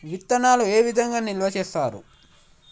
విత్తనాలు ఏ విధంగా నిల్వ చేస్తారు?